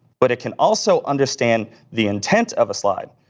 but it can also understand the intent of a slide.